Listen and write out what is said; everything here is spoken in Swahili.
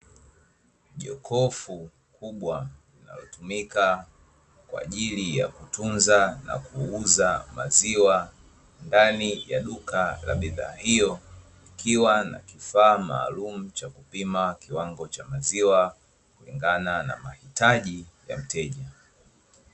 Jokofu kubwa linalotumika kwa ajili ya kutunza na kuuza maziwa, ndani ya duka la bidhaa hiyo, ikiwa na kifaa maalumu cha kupima kiwango cha maziwa kulingana na mahitaji ya mteja.